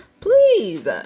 Please